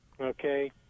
okay